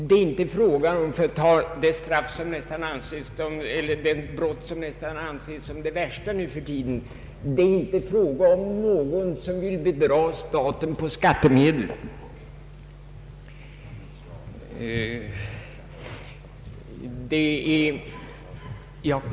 Det är inte fråga om — för att ta det brott som nästan anses som det värsta nu för tiden — någon som vill bedra staten på skattemedel.